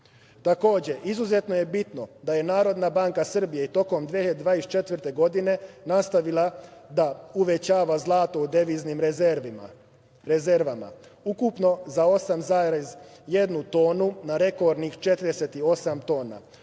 rezervi. Takođe, izuzetno je bitno da je Narodna banka Srbije i tokom 2024. godine nastavila da uvećava zlato u deviznim rezervama, ukupno za 8,1 tonu na rekordnih 48 tona.